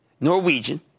Norwegian